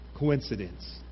coincidence